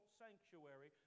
sanctuary